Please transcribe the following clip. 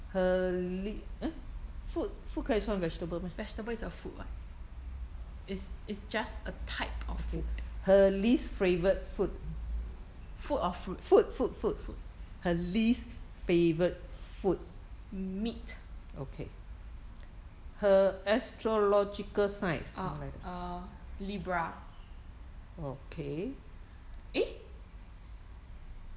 vegetable is a food [what] is is just a type of food food or fruit meat orh uh libra eh